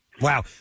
Wow